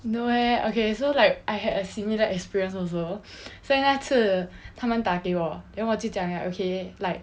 no eh okay so like I had a similar experience also 所以那次他们打给我 then 我就讲 like okay like